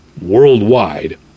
worldwide